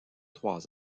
trois